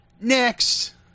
Next